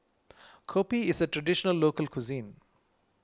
Kopi is a Traditional Local Cuisine